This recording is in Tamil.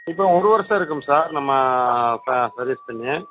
இப்போ ஒரு வருஷம் இருக்கும் சார் நம்ம ப சர்வீஸ் பண்ணி